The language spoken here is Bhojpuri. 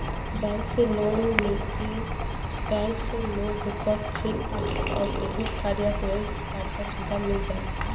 बैंक से लोग क चेक, पासबुक आउर डेबिट या क्रेडिट कार्ड क सुविधा मिल जाला